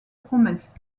promesses